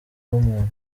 w’umuntu